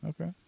Okay